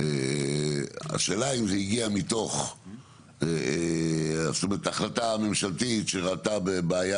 השאלה אם זה הגיע מתוך החלטה ממשלתית שראתה בעיה